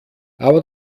aber